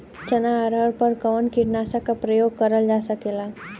चना अरहर पर कवन कीटनाशक क प्रयोग कर जा सकेला?